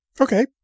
Okay